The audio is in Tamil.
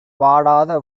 வாடாத